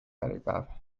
äripäev